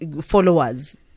followers